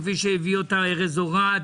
כפי שהביא אותה ארז אורעד?